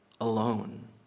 alone